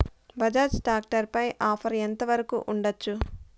Bajaj tractor పై offer ఎంత వరకు ఉండచ్చు?